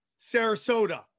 Sarasota